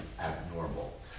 abnormal